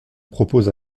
propose